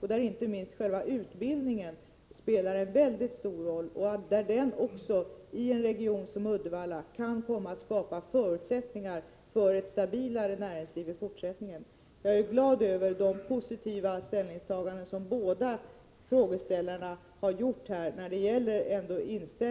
Där spelar inte minst utbildningen en mycket stor roll, och i en region som Uddevalla kan den komma att skapa förutsättningar för ett stabilare näringsliv i fortsättningen. Jag är glad över de båda frågeställarnas positiva ställningstaganden